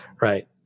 Right